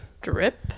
drip